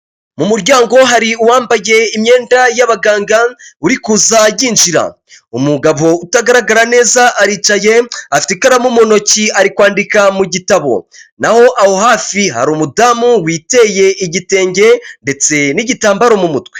Mu muryango, hari uwambaye imyenda y'abaganga uri kuza yinjira. Umugabo utagaragara neza aricaye afite ikaramu mu ntoki ari kwandika mu gitabo. Naho aho hafi, hari umudamu witeye igitenge, ndetse n'igitambaro mu mutwe.